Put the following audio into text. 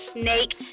snake